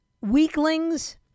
weaklings